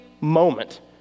moment